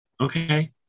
okay